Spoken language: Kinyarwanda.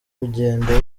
ugenda